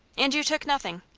and you took nothing?